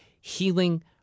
healing